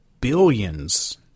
billions